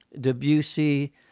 Debussy